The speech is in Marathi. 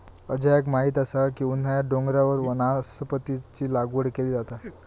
अजयाक माहीत असा की उन्हाळ्यात डोंगरावर नासपतीची लागवड केली जाता